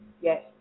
yes